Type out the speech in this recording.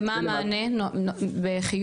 ומה המענה, בחיוב?